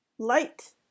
light